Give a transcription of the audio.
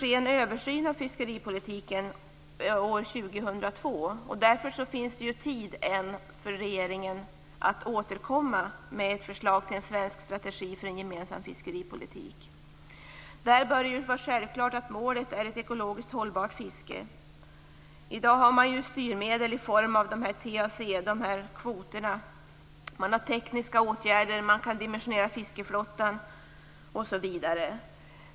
En översyn av fiskeripolitiken skall göras år 2002. Därför finns det ännu tid för regeringen att återkomma med ett förslag till en svensk strategi för en gemensam fiskeripolitik. Det bör vara självklart att målet för den är ett ekologiskt hållbart fiske. I dag finns styrmedel i form av TAC-kvoter, tekniska åtgärder, dimensionering av fiskeflottan osv.